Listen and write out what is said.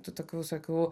tų tokių visokių